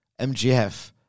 MGF